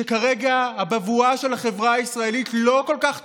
שכרגע הבבואה של החברה הישראלית לא כל כך טובה,